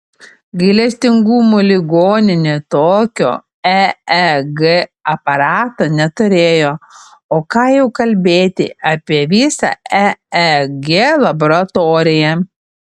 gailestingumo ligoninė tokio eeg aparato neturėjo o ką jau kalbėti apie visą eeg laboratoriją